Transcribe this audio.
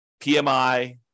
PMI